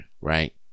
Right